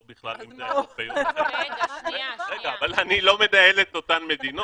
בכלל אבל אני לא מנהל את אותן מדינות.